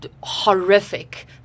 horrific